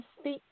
speak